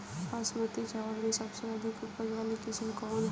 बासमती चावल में सबसे अधिक उपज वाली किस्म कौन है?